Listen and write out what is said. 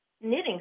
knitting